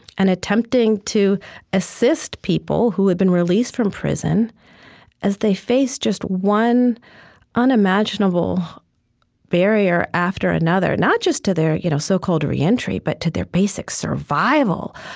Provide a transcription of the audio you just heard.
and attempting to assist people who had been released from prison as they faced just one unimaginable barrier after another not just to their you know so-called re-entry, but to their basic survival